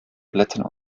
blättern